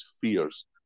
fears